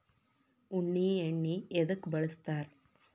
ಉಣ್ಣಿ ಎಣ್ಣಿ ಎದ್ಕ ಬಳಸ್ತಾರ್?